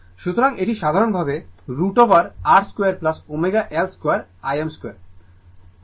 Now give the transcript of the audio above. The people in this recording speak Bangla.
সুতরাং এটি সাধারণভাবে √ ওভার R 2 ω L 2 Im